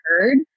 heard